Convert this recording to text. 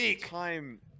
time